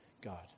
God